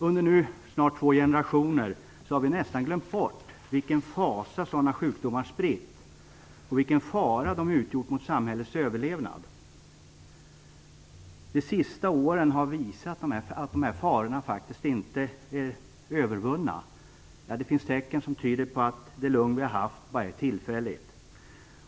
Under nu snart två generationer har vi nästan glömt bort vilken fasa sådana sjukdomar spritt och vilka fara de utgjort mot samhällets överlevnad. De senaste åren har åter visat att farorna inte är övervunna. Det finns tecken som tyder på att det lugn vi har haft bara är tillfälligt.